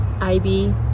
Ivy